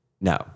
no